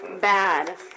bad